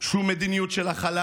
שום מדיניות של הכלה